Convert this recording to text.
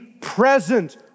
present